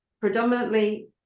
predominantly